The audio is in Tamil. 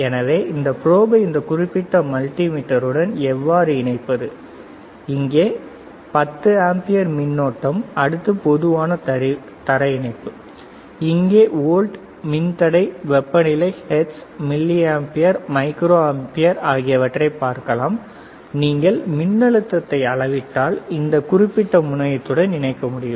எனவே இந்த ப்ரோபை இந்த குறிப்பிட்ட மல்டிமீட்டருடன் எவ்வாறு இணைப்பது இங்கே 10 ஆம்பியர் மின்னோட்டம் அடுத்த பொதுவான தரை இணைப்பு இங்கேயே வோல்ட் மின்தடை வெப்பநிலை ஹெர்ட்ஸ் மில்லியம்பியர் மைக்ரோ ஆம்பியர் ஆகியவற்றை பார்க்கலாம் நீங்கள் மின்னழுத்தத்தை அளவிட்டால் இந்த குறிப்பிட்ட முனையத்துடன் இணைக்க முடியும்